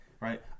right